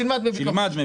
שילמה.